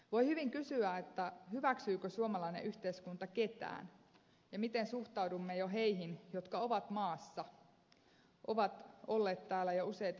voi hyvin kysyä hyväksyykö suomalainen yhteiskunta ketään ja miten suhtaudumme jo heihin jotka ovat maassa ovat olleet täällä jo useita vuosia